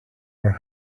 were